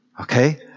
Okay